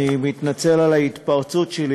אני מתנצל על ההתפרצות שלי,